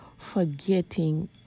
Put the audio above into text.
Forgetting